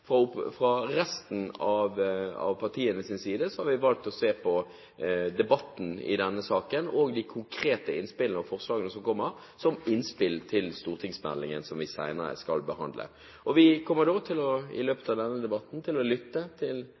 fra Fremskrittspartiet og Høyre. Fra resten av partienes side har vi valgt å se på debatten i denne saken og de konkrete innspillene og forslagene som kommer, som innspill til stortingsmeldingen som vi senere skal behandle. Vi kommer i løpet av denne debatten til å lytte til